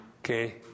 okay